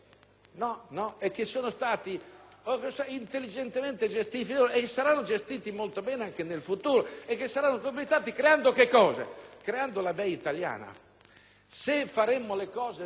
intelligentemente gestiti e saranno gestiti molto bene anche nel futuro, creando che cosa? Creando la BEI italiana. Se faremo le cose ben fatte, avremo a disposizione